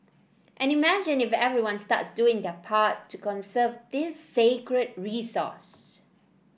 and imagine if everyone starts doing their part to conserve this scarce resource